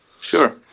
Sure